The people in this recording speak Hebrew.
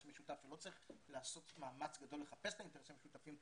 משותף ולא צריך לעשות מאמץ גדול לחפש את האינטרסים המשותפים,